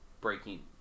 breaking